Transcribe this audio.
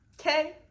okay